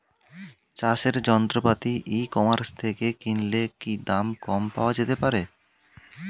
চাষের যন্ত্রপাতি e commerce থেকে কিনলে কি দাম কম পাওয়া যেতে পারে?